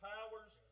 Powers